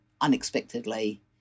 Unexpectedly